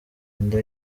inda